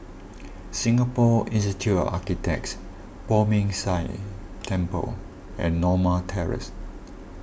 Singapore Institute of Architects Poh Ming Tse Temple and Norma Terrace